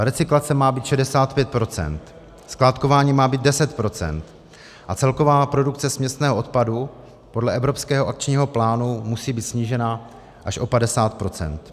Recyklace má být 65 %, skládkování má být 10 % a celková produkce směsného odpadu podle evropského akčního plánu musí být snížena až o 50 %.